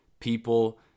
people